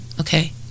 Okay